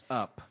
up